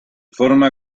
forma